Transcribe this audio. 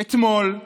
אתמול,